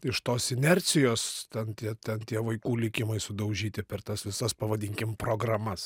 iš tos inercijos ten tie ten tie vaikų likimai sudaužyti per tas visas pavadinkim programas